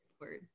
word